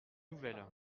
nouvelles